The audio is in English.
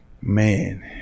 man